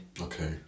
okay